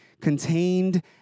contained